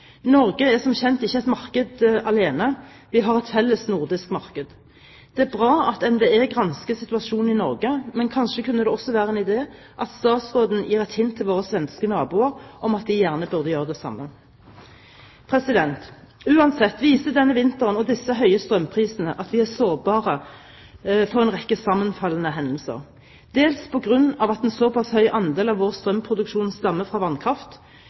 Norge er som kjent ikke et marked alene, vi har et felles nordisk marked. Det er bra at NVE gransker situasjonen i Norge, men kanskje kunne det også være en idé at statsråden gir et hint til våre svenske naboer om at de burde gjøre det samme. Uansett viser denne vinteren og disse høye strømprisene at vi er sårbare for en rekke sammenfallende hendelser dels på grunn av at en såpass høy andel av vår strømproduksjon stammer fra vannkraft,